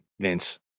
Vince